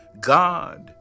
God